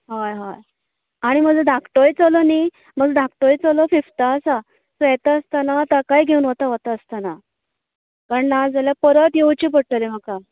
होय होय आनी म्हाजो धाकटोय चलो न्ही म्हाजो धाकटोय चलो फिफ्थाक आसा सो येता आसतना तेकाय घेवन वता वता आसतना पण ना जाल्यार परत येवचें पडटलें म्हाका